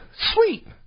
sweet